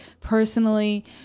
personally